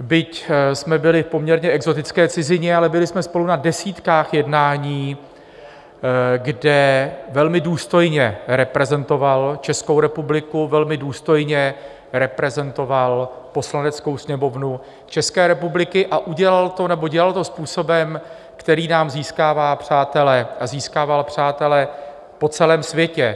byť jsme byli v poměrně exotické cizině, ale byli jsme spolu na desítkách jednání, kde velmi důstojně reprezentoval Českou republiku, velmi důstojně reprezentoval Poslaneckou sněmovnu České republiky a dělal to způsobem, který nám získává přátele a získával přátele po celém světě.